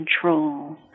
control